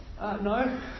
No